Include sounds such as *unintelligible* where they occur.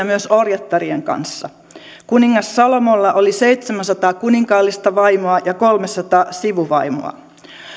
*unintelligible* myös orjattarien kanssa kuningas salomolla oli seitsemänsataa kuninkaallista vaimoa ja kolmesataa sivuvaimoa